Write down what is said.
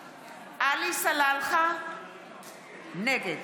קדוש, נגד